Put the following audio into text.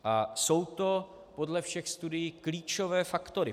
A jsou to podle všech studií klíčové faktory.